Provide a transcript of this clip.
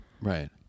Right